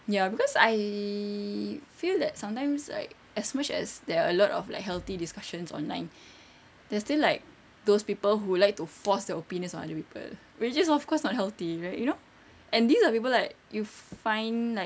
ya cause I feel that sometimes like as much as there are a lot of like healthy discussions online there's still like those people who like to force the opinions on other people which is of course not healthy like you know and these are people like you find like